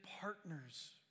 partners